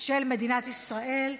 של מדינת ישראל,